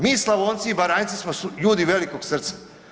Mi Slavonci i Baranjci smo ljudi velikog srca.